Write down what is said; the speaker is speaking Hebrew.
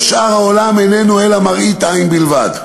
כל שאר העולם איננו אלא מראית עין בלבד.